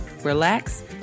relax